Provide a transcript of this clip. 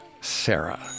Sarah